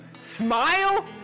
smile